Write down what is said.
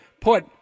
put